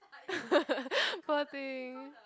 poor thing